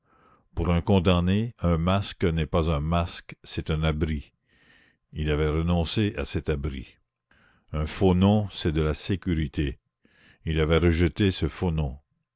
pour un condamné un masque n'est pas un masque c'est un abri il avait renoncé à cet abri un faux nom c'est de la sécurité il avait rejeté ce faux nom